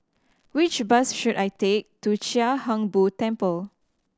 which bus should I take to Chia Hung Boo Temple